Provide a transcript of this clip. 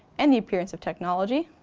and new periods of technology,